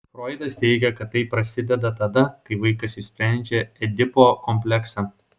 froidas teigė kad tai prasideda tada kai vaikas išsprendžia edipo kompleksą